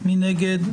מי נגד?